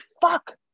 fuck